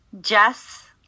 Jess